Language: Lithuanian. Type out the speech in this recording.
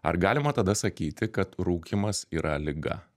ar galima tada sakyti kad rūkymas yra liga